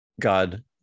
God